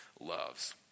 loves